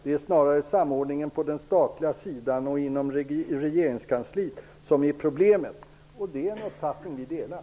Det är snarare samordningen på den statliga sidan och inom regeringskansliet som är problemet.'' Detta är en uppfattning som vi delar.